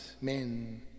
men